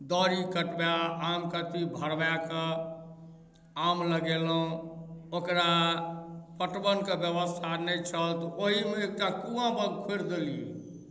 दही कटबाए आमके अथी भरबाए कऽ आम लेगेलहुँ ओकरा पटवनके व्यवस्था नहि छल ओहिमे एकटा कुआँ ब खोधि देलियै